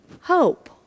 Hope